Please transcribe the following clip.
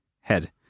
Head